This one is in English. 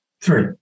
Three